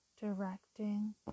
directing